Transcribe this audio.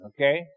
Okay